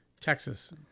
Texas